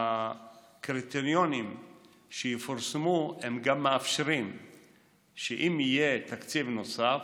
הקריטריונים שיפורסמו גם מאפשרים שאם יהיה תקציב נוסף,